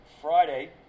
Friday